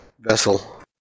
vessel